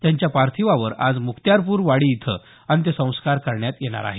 त्यांच्या पार्थिवावर आज मुक्त्यारपूर वाडी इथं अंत्यसंस्कार करण्यात येणार आहेत